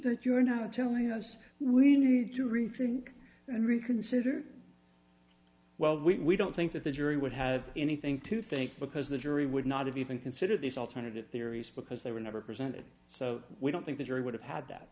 that you are now telling us we need to rethink and reconsider well we don't think that the jury would have anything to think because the jury would not even consider these alternative theories because they were never presented so we don't think the jury would have had that